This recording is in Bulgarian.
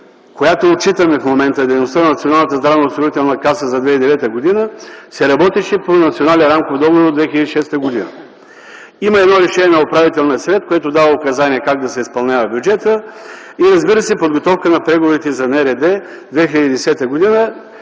която отчитаме в момента – дейността на Националната здравноосигурителна каса за 2009 г., се работеше по Национален рамков договор от 2006 г. Именно по решение на Управителния съвет, който дава указания как да се изпълнява бюджета. И, разбира се, подготовка на преговорите за НРД 2010 г.,